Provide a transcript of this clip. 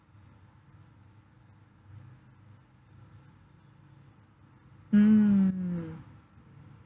mm